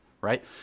right